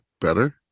better